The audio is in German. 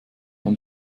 man